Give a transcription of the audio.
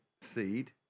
seed